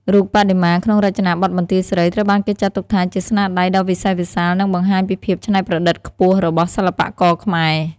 រូបបដិមាក្នុងរចនាបថបន្ទាយស្រីត្រូវបានគេចាត់ទុកថាជាស្នាដៃដ៏វិសេសវិសាល និងបង្ហាញពីភាពច្នៃប្រឌិតខ្ពស់របស់សិល្បករខ្មែរ។